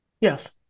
Yes